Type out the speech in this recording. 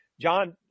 John